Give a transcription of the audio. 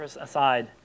aside